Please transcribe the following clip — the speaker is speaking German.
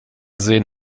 sehen